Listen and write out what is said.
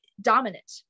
dominant